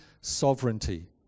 sovereignty